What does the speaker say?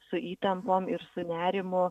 su įtampom ir su nerimu